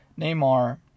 Neymar